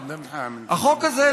החוק הזה,